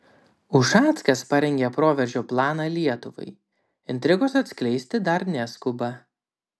ušackas parengė proveržio planą lietuvai intrigos atskleisti dar neskuba